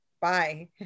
bye